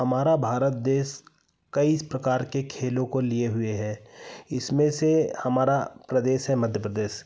हमारा भारत देश कई प्रकार के खेलों को लिए हुए हैं इसमें से हमारा प्रदेश है मध्य प्रदेश